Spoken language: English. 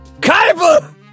Kaiba